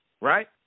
right